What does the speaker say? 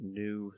new